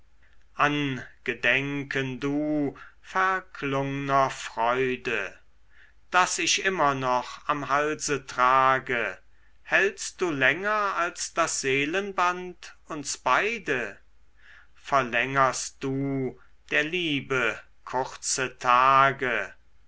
angedenken du verklungner freude das ich immer noch am halse trage hältst du länger als das seelenband uns beide verlängerst du der liebe kurze tage